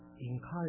encourage